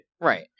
Right